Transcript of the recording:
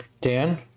Dan